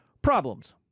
Problems